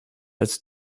als